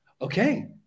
okay